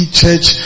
church